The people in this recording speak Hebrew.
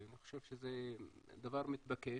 אני חושב שזה דבר מתבקש,